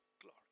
glory